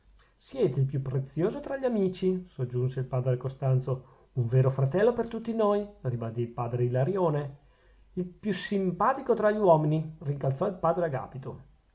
siete il più prezioso tra gli amici soggiunse il padre costanzo un vero fratello per tutti noi ribadì il padre ilarione il più simpatico tra gli uomini rincalzò il padre agapito